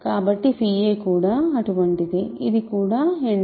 కాబట్టి aకూడా అటువంటిదే ఇది కూడా End